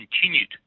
continued